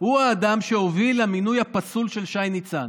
הוא האדם שהוביל למינוי הפסול של שי ניצן.